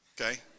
okay